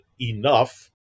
enough